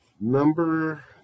number